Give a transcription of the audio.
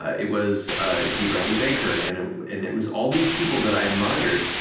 it was dee bradley baker, and it and it was all these people that i admired,